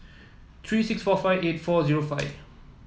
three six four five eight four zero five